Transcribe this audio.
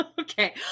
okay